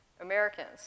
Americans